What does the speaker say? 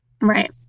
right